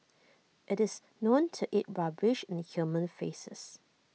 it's known to eat rubbish and human faeces